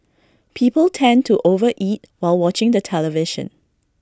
people tend to over eat while watching the television